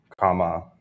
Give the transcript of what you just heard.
comma